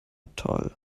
toll